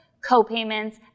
co-payments